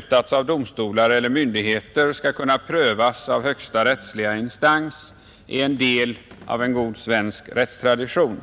fattats av domstolar eller myndigheter skall kunna prövas av högsta rättsliga instans är en del av en god svensk rättstradition.